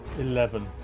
Eleven